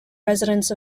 residents